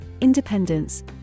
independence